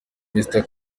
mgr